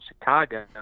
Chicago